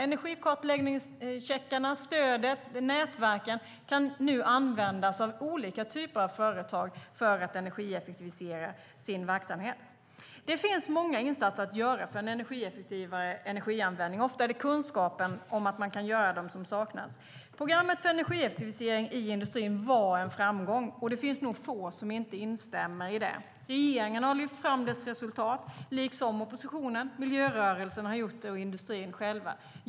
Energikartläggningscheckarna och stödet till nätverken kan nu användas av olika typer av företag för att energieffektivisera verksamheten. Det finns många insatser att göra för en effektivare energianvändning. Ofta är det kunskapen som saknas. Programmet för energieffektivisering i industrin var en framgång, och det finns nog få som inte instämmer i det. Regeringen har lyft fram dess resultat, liksom oppositionen, miljörörelsen och industrin själv.